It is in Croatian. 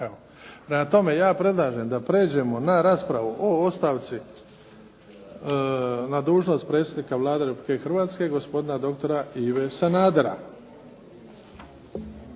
tome, ja predlažem da pređemo na raspravu - Ostavka na dužnost Predsjednika Vlade Republike Hrvatske gospodina doktora Ive Sanadera